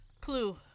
Clue